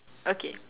okay